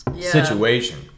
situation